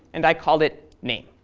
and i called it name.